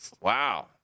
Wow